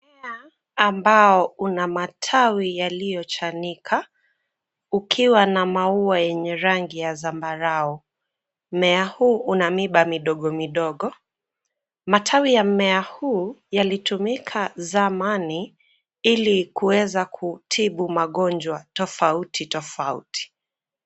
Mmea ambao una matawi yaliyochanika ukiwa na maua yenye rangi ya zambarau. Mmea huu una miba midogo midogo. Matawi ya mmea huu yalitumik a zamani ili kuweza kutibu magonjwa tofauti tofauti.